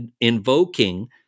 invoking